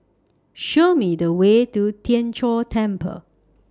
Show Me The Way to Tien Chor Temple